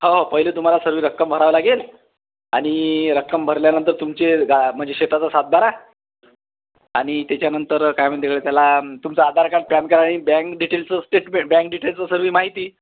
हो हो पहिले तुम्हाला सर्व रक्कम भरावं लागेल आणि रक्कम भरल्यानंतर तुमचे गा म्हणजे शेताचा सातबारा आणि त्याच्यानंतर काय म्हणते बरं त्याला तुमचं आधार कार्ड पॅन कार्ड आणि बँक डिटेल्सचं स्टेटमेंट बँक डिटेल्सचं सर्व माहिती